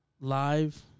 Live